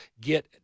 get